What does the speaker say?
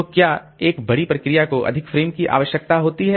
तो क्या एक बड़ी प्रोसेस को अधिक फ्रेम की आवश्यकता होती है